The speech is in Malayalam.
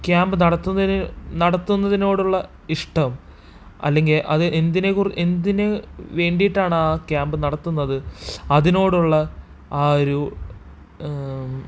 ക്യാമ്പ് നടത്തുന്നതിന് നടത്തുന്നതിനോടുള്ള ഇഷ്ടം അല്ലെങ്കിൽ അത് എന്തിനെക്കുറിച്ച് എന്തിന് വേണ്ടിയിട്ടാണ് ആ ക്യാമ്പ് നടത്തുന്നത് അതിനോടുള്ള ആ ഒരു